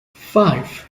five